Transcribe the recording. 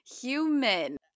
human